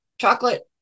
chocolate